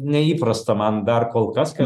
neįprasta man dar kol kas kad